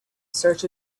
search